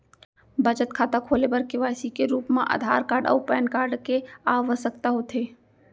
बचत खाता खोले बर के.वाइ.सी के रूप मा आधार कार्ड अऊ पैन कार्ड के आवसकता होथे